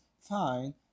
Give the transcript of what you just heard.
fine